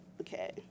Okay